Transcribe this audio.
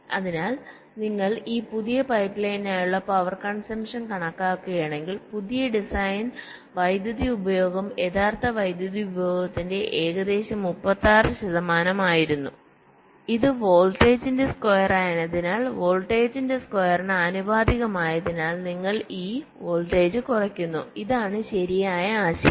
അതിനാൽ നിങ്ങൾ ഈ പുതിയ പൈപ്പ്ലൈനിനായുള്ള പവർ കൺസംപ്ഷൻ കണക്കാക്കുകയാണെങ്കിൽ പുതിയ ഡിസൈൻ വൈദ്യുതി ഉപഭോഗം യഥാർത്ഥ വൈദ്യുതി ഉപഭോഗത്തിന്റെ ഏകദേശം 36 ശതമാനമായിരുന്നു ഇത് വോൾട്ടേജിന്റെ സ്ക്വയറായതിനാൽ വോൾട്ടേജിന്റെ സ്ക്വയറിന് ആനുപാതികമായതിനാൽ നിങ്ങൾ ഈ വോൾട്ടേജ് കുറയ്ക്കുന്നു ഇതാണ് ശരിയായ ആശയം